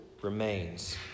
remains